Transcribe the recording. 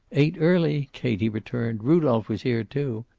ate early, katie returned. rudolph was here, too.